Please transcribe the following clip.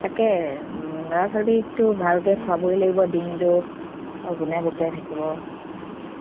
তাকে ল'ৰা ছোৱালীকতো ভালকৈ খোৱাবই লাগিব দিনটো লঘোনে ভোকে থাকিব